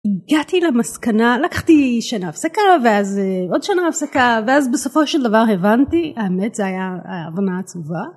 הגעתי למסקנה לקחתי שנה הפסקה ואז עוד שנה הפסקה ואז בסופו של דבר הבנתי האמת זה היה הבנה עצובה.